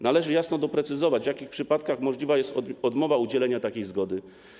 Należy jasno doprecyzować, w jakich przypadkach możliwa jest odmowa udzielenia takiej zgody.